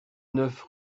neuf